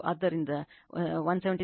ಆದ್ದರಿಂದ 173